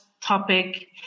topic